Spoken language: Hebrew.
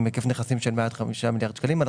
אני אומרת: זה חדש לנו.